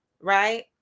right